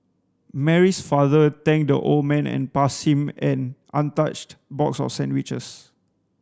Mary's father thanked the old man and passed him an untouched box of sandwiches